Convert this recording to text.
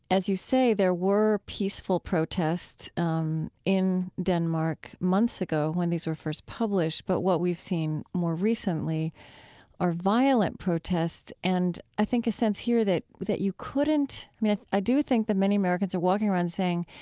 as you say, there were peaceful protests um in denmark months ago when these were first published. but what we've seen more recently are violent protests, and i think a sense here that that you couldn't i do think that many americans are walking around saying,